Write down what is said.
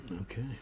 Okay